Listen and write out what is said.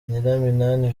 nyiraminani